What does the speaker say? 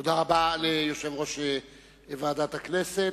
תודה רבה ליושב-ראש ועדת הכנסת.